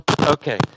Okay